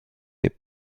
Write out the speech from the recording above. n’est